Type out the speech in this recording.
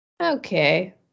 okay